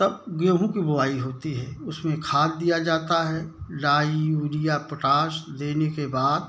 तब गेहूँ की बुआई होती है उसमें खाद दिया जाता है डाई यूरिया पोटाश देने के बाद